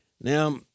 Now